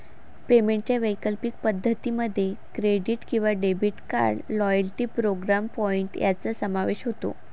पेमेंटच्या वैकल्पिक पद्धतीं मध्ये क्रेडिट किंवा debit card, loyalty program point यांचा समावेश होतो